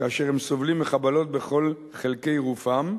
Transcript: כאשר הם סובלים מחבלות בכל חלקי גופם,